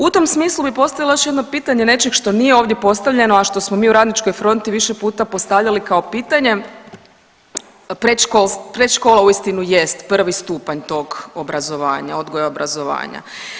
U tom smislu bih postavila još jedno pitanje nečeg što nije ovdje postavljeno a što smo mi u Radničkoj fronti više puta postavljali kao pitanje predškola uistinu jest prvi stupanj tog obrazovanja, odgoja i obrazovanja.